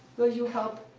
will you help?